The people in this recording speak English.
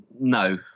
no